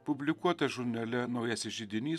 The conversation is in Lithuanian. publikuotą žurnale naujasis židinys